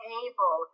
able